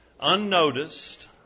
unnoticed